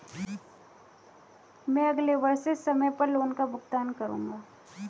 मैं अगले वर्ष से समय पर लोन का भुगतान करूंगा